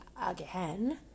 again